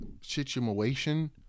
situation